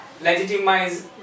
legitimize